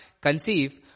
conceive